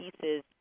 pieces